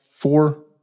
four